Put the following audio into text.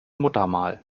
muttermal